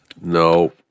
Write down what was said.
no